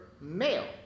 male